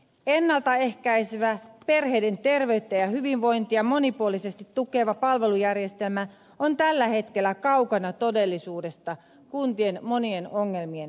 ennalta ehkäisevä perheiden terveyttä ja hyvinvointia monipuolisesti tukeva palvelujärjestelmä on tällä hetkellä kaukana todellisuudesta kuntien monien ongelmien vuoksi